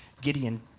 Gideon